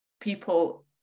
people